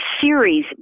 series